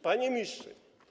Panie Ministrze!